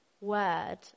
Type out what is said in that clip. word